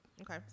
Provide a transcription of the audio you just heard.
Okay